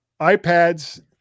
iPads